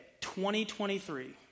2023